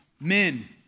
men